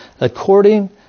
according